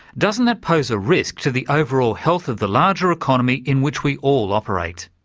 doesn't that pose a risk to the overall health of the larger economy in which we all operate?